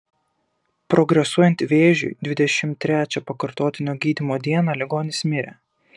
progresuojant vėžiui dvidešimt trečią pakartotinio gydymo dieną ligonis mirė